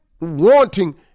wanting